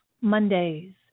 Mondays